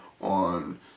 on